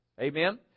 amen